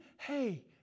hey